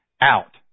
out